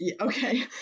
Okay